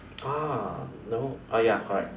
ah no ah ya correct